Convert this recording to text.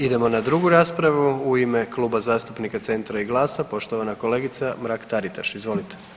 Idemo na drugu raspravu u ime Kluba zastupnika Centra i GLAS-a poštovana kolegica Mrak-Taritaš, izvolite.